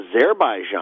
Azerbaijan